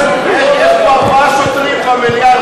יש פה ארבעה שוטרים במליאה,